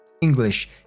English